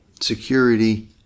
security